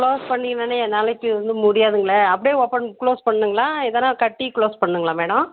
close பண்ணி வேணாம் என்னாலைக்கு வந்து முடியாதுங்களே அப்படியே ஓப்பன் குளோஸ் பண்ணுங்களா எதான கட்டி குளோஸ் பண்ணணுங்களா மேடம்